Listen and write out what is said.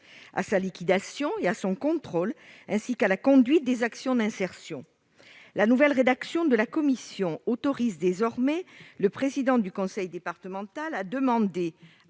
à sa liquidation et à son contrôle, ainsi qu'à la conduite des actions d'insertion. La nouvelle rédaction de la commission autorise désormais le président du conseil départemental à demander